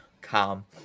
calm